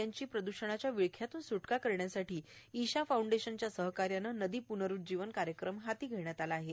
राज्यातील नद्यांची प्रद्षणाच्या विळख्यातून सूटका करण्यासाठी ईशा फाऊंडेशनच्या सहकार्याने नदी प्नरुज्जीवन कार्यक्रम हाती घेण्यात आला आहे